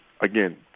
again